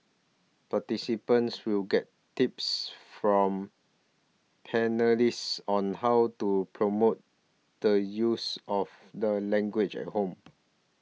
participants will get tips from panellists on how to promote the use of the language at home